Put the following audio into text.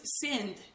sinned